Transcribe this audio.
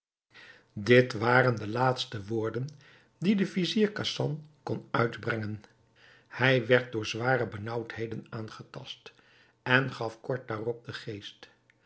dit waren de laatste woorden die de vizier khasan kon uitbrengen hij werd door zware benaauwdheden aangetast en gaf kort daarop den geest